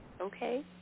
okay